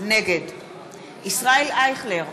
נגד ישראל אייכלר,